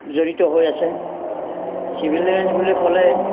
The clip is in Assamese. জড়িত হৈ আছে চিভিল ডিফেঞ্চ বুলি ক'লে